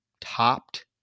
topped